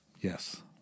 Yes